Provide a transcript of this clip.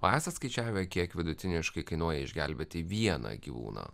o esat skaičiavę kiek vidutiniškai kainuoja išgelbėti vieną gyvūną